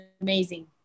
amazing